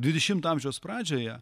dvidešimto amžiaus pradžioje